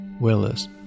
Willis